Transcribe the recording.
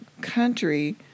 country